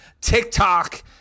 TikTok